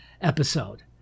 episode